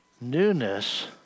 newness